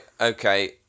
okay